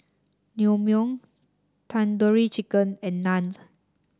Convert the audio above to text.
Naengmyeon Tandoori Chicken and Naan